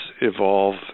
evolve